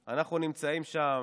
אנחנו נמצאים שם,